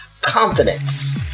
confidence